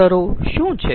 અસરો શું છે